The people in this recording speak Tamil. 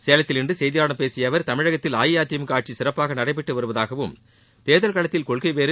சேலத்தில் இன்று செய்தியாளர்களிடம் பேசிய அவர் தமிழகத்தில் அஇஅதிமுக ஆட்சி சிறப்பாக நடைபெற்று வருவதாகவும் தேர்தல் களத்தில் கொள்கை வேறு